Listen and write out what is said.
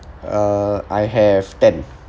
uh I have ten